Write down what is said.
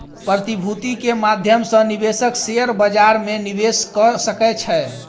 प्रतिभूति के माध्यम सॅ निवेशक शेयर बजार में निवेश कअ सकै छै